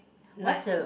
like